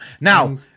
Now